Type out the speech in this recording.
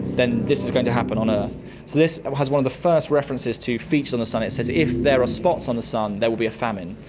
then this is going to happen on earth. so this has one of the first references to features on the sun. it says if there are spots on the sun, there will be a famine.